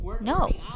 No